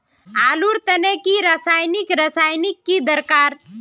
आलूर तने की रासायनिक रासायनिक की दरकार?